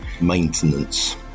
maintenance